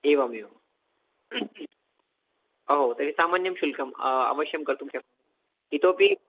एवमेवम् अहो तर्हि सामान्यं शुल्कं अवश्यं कर्तुं शक्नोमि इतोपि